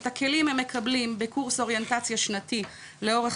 את הכלים הם מקבלים בקורס אוריינטציה שנתי לאורך